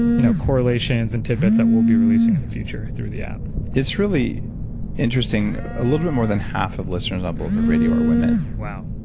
you know correlations and tidbits that we'll be releasing in the future through the app it's really interesting, a little bit more than half of listeners of bulletproof radio are women wow.